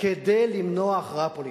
כדי למנוע הכרעה פוליטית,